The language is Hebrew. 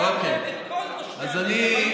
הפקרתם את כל תושבי הנגב.